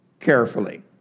carefully